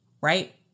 Right